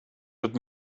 but